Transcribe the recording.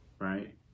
right